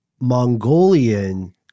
Mongolian